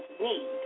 need